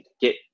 get